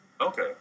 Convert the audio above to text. Okay